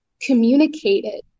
communicated